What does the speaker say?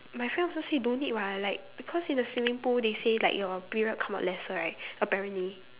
my friend also say don't need [what] like because in the swimming pool they say like your period come out lesser right apparently